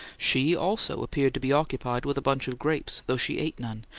she, also, appeared to be occupied with a bunch of grapes though she ate none,